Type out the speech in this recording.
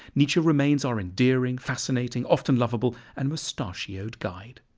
nietzsche remains our endearing, fascinating often loveable and moustachioed guide.